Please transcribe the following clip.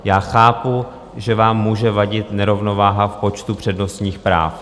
Já chápu, že vám může vadit nerovnováha v počtu přednostních práv.